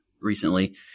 recently